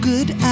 Good